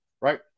Right